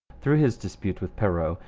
through his dispute with perrot,